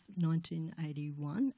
1981